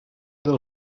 del